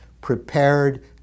prepared